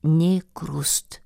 nė krust